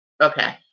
Okay